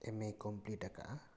M A complete ᱟᱠᱟᱫᱼᱟ ᱟᱨ